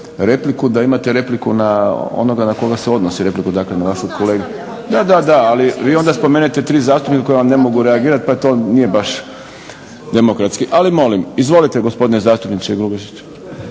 da imate repliku na onoga na koga se odnosi replika, dakle… … /Upadica se ne razumije./… Da, da, da, ali vi onda spomenete tri zastupnika koji vam ne mogu reagirat pa to nije baš demokratski. Izvolite gospodine zastupniče Grubišić.